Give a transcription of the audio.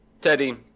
Teddy